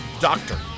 doctor